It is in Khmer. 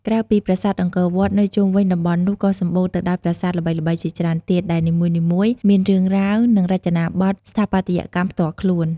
ក្រៅពីប្រាសាទអង្គរវត្ត នៅជុំវិញតំបន់នោះក៏សម្បូរទៅដោយប្រាសាទល្បីៗជាច្រើនទៀត ដែលនីមួយៗមានរឿងរ៉ាវ និងរចនាបថស្ថាបត្យកម្មផ្ទាល់ខ្លួន។